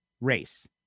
race